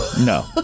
no